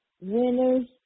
Winners